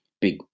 big